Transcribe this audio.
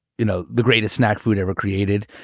you know, the greatest snack food ever created.